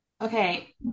Okay